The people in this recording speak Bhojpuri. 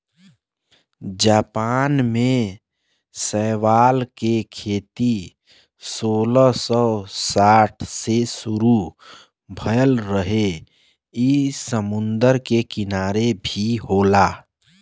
जापान में शैवाल के खेती सोलह सौ साठ से शुरू भयल रहे इ समुंदर के किनारे भी होला